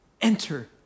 enter